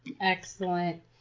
excellent